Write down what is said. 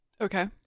Okay